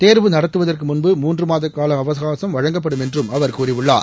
தோ்வு நடத்துவதற்கு முன்பு மூன்று மாதம் கால அவகாசம் வழங்கப்படும் என்றும் அவர் கூறியுள்ளார்